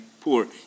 poor